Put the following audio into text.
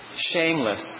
shameless